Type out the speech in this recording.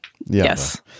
Yes